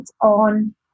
on